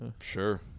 Sure